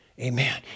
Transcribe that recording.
Amen